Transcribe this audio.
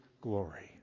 glory